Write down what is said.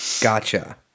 Gotcha